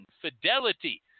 fidelity